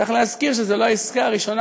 צריך להזכיר שזו לא העסקה הראשונה,